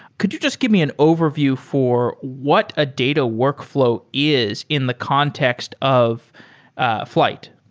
could you just give me an overview for what a data workfl ow is in the context of ah flyte?